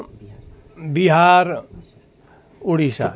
Bihar Odisha